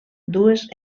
dues